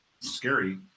scary